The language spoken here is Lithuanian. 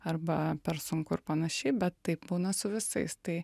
arba per sunku ir panašiai bet taip būna su visais tai